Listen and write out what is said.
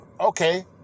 okay